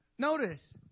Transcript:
Notice